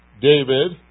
David